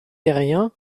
terrien